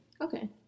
Okay